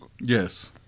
Yes